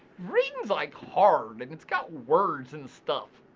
reading's like hard. and its got words and stuff.